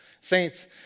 Saints